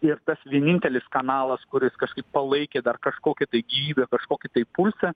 ir tas vienintelis kanalas kuris kažkaip palaikė dar kažkokią tai gyvybę kažkokį tai pulsą